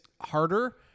harder